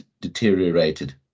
deteriorated